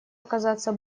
оказаться